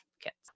kids